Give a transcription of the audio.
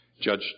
Judge